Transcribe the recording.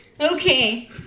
Okay